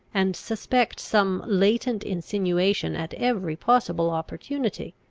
and suspect some latent insinuation at every possible opportunity.